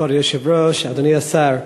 כבוד היושב-ראש, אדוני השר,